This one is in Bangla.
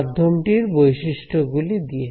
মাধ্যমটির বৈশিষ্ট্যগুলি দিয়ে